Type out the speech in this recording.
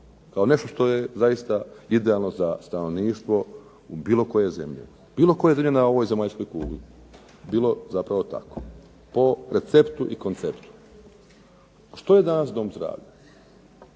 kao nešto što je zaista idealno za stanovništvo bilo koje zemlje na ovoj zemaljskoj kugli, bilo zapravo tako po receptu i konceptu. Što je danas dom zdravlja?